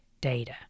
data